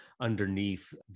underneath